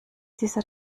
dieser